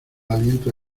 aliento